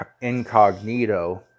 Incognito